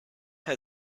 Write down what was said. had